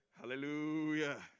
Hallelujah